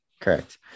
correct